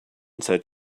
said